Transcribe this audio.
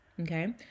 Okay